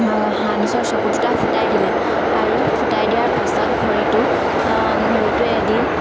সানুচৰ চকু দুটা ফুটাই দিলে আৰু ফুটাই দিয়াৰ পাছত ঘড়ীটো ঘড়ীটোৱে এদিন